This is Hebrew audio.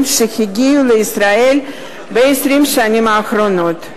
שהגיעו לישראל ב-20 השנים האחרונות.